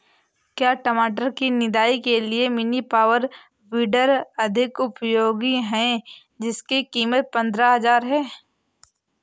क्या टमाटर की निदाई के लिए मिनी पावर वीडर अधिक उपयोगी है जिसकी कीमत पंद्रह हजार है?